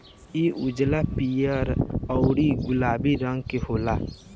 इ उजला, पीयर औरु गुलाबी रंग के होला